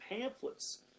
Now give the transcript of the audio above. pamphlets